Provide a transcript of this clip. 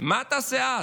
מה תעשה אז,